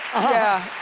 yeah.